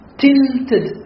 tilted